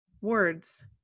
words